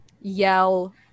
yell